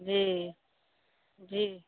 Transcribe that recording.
जी जी